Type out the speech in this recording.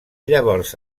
llavors